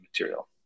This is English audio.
material